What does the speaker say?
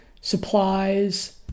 supplies